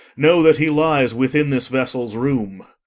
know that he lies within this vessel's room.